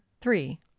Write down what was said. three